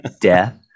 Death